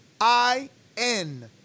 I-N